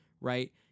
right